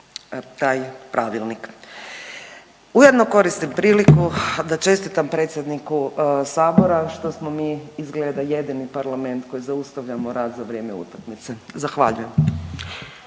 taj pravilnik. Ujedno korisnim priliku da čestitam predsjedniku Sabora što smo mi izgleda jedini parlament koji zaustavljamo rad za vrijeme utakmice. Zahvaljujem.